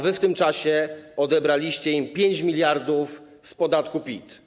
Wy w tym czasie odebraliście im 5 mld z podatku PIT.